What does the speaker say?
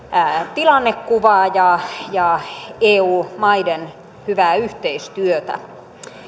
tilannekuvaa ja ja eu maiden hyvää yhteistyötä